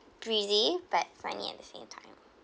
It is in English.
breezy but sunny at the same time